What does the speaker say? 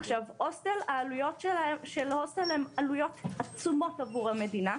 העלויות של הוסטל הן עלויות עצומות עבור המדינה.